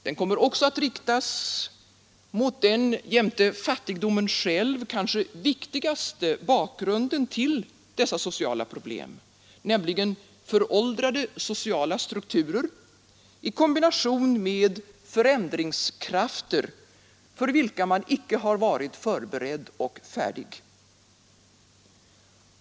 Den kommer också att riktas mot den jämte fattigdomen själv kanske viktigaste bakgrunden till dessa sociala problem: föråldrade sociala strukturer i kombination med förändringskrafter för vilka man inte varit förberedd och färdig.